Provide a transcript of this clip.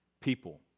people